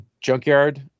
Junkyard